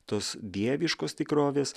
tos dieviškos tikrovės